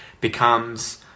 becomes